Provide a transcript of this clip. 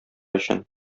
өчен